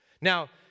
Now